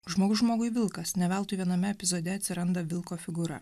žmogus žmogui vilkas ne veltui viename epizode atsiranda vilko figūra